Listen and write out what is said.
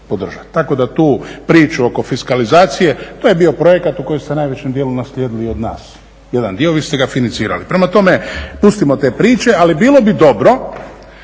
tako da tu priču oko fiskalizacije. To je bio projekat koji ste u najvećem dijelu naslijedili od nas jedan dio, vi ste ga financirali. Prema tome, pustimo te priče. Ali bilo bi dobro